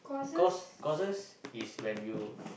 cause courses is when you